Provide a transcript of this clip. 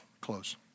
close